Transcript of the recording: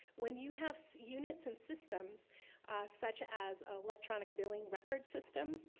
when you have units and systems such as electronic billing records systems,